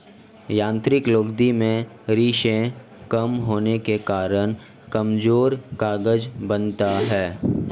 यांत्रिक लुगदी में रेशें कम होने के कारण कमजोर कागज बनता है